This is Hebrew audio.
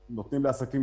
התקנון.